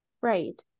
right